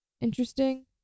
interesting